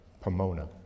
Pomona